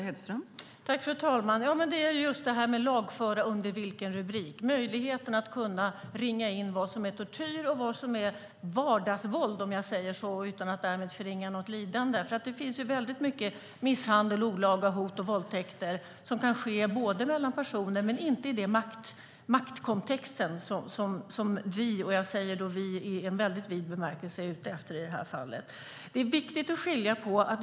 Fru talman! Frågan är just under vilken rubrik man ska lagföra, möjligheten att ringa in vad som är tortyr och vad som är vardagsvåld, om jag säger så utan att därmed förringa något lidande. Det finns väldigt mycket misshandel, olaga hot och våldtäkter som kan ske mellan personer men inte i den maktkontext som vi - jag säger "vi" i en väldigt vid bemärkelse - är ute efter i det här fallet.